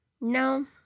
No